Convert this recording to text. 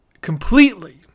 completely